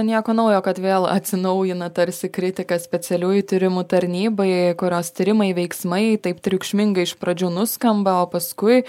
nieko naujo kad vėl atsinaujina tarsi kritika specialiųjų tyrimų tarnybai kurios tyrimai veiksmai taip triukšmingai iš pradžių nuskamba o paskui